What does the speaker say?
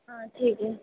हाँ ठीक है